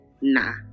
nah